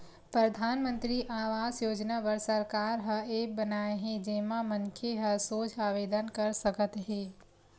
परधानमंतरी आवास योजना बर सरकार ह ऐप बनाए हे जेमा मनखे ह सोझ आवेदन कर सकत हे